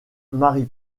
mary